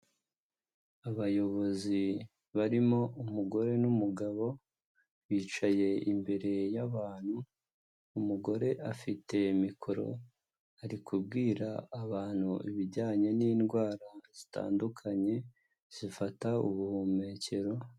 Abayobozi barimo umugore n'umugabo bicaye imbere y’abantu. Umugore afite mikoro bari kubwira abantu ibijyanye n'indwara zitandukanye zifata ubuhumekero.